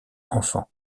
enfants